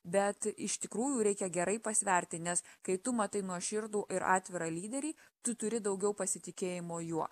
bet iš tikrųjų reikia gerai pasverti nes kai tu matai nuoširdų ir atvirą lyderį tu turi daugiau pasitikėjimo juo